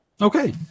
okay